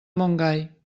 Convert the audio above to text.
montgai